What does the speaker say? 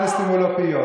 שימו לנו גם סלוטייפ.